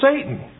Satan